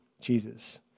Jesus